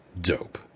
dope